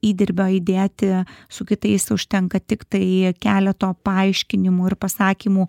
įdirbio įdėti su kitais užtenka tiktai keleto paaiškinimų ir pasakymų